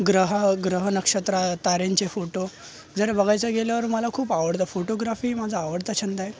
ग्रह ग्रह नक्षत्र ताऱ्यांचे फोटो जर बघायचं गेल्यावर मला खूप आवडतं फोटोग्राफी माझा आवडता छंद आहे